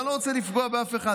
אני לא רוצה לפגוע באף אחד,